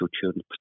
children